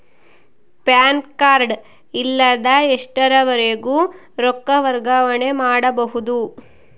PAN card ಇಲ್ಲದ ಎಷ್ಟರವರೆಗೂ ರೊಕ್ಕ ವರ್ಗಾವಣೆ ಮಾಡಬಹುದು?